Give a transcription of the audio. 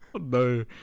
No